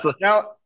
Now